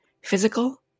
Physical